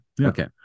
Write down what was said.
Okay